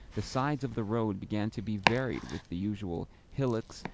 the sides of the road began to be varied with the usual hillocks,